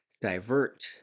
divert